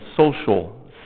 social